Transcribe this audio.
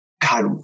God